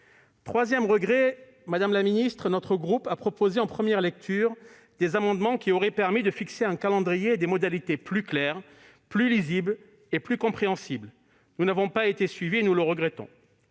Troisième regret, madame la ministre, notre groupe a présenté en première lecture des amendements qui auraient permis de fixer un calendrier et des modalités plus clairs, plus lisibles et plus compréhensibles. Nous n'avons pas été suivis et nous le regrettons.